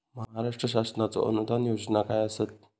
महाराष्ट्र शासनाचो अनुदान योजना काय आसत?